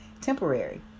temporary